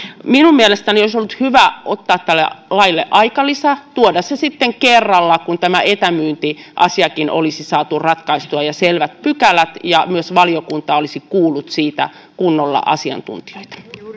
minun mielestäni olisi ollut hyvä ottaa tälle laille aikalisä tuoda se sitten kerralla kun tämä etämyyntiasiakin olisi saatu ratkaistua ja saatu selvät pykälät ja myös valiokunta olisi kuullut siitä kunnolla asiantuntijoita